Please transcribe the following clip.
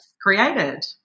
created